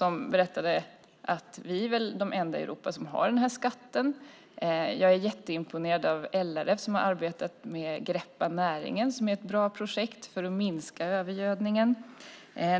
Han berättade att vi är de enda i Europa som har denna skatt. Jag är jätteimponerad av LRF som har arbetat med Greppa näringen som är ett bra projekt för att minska övergödningen.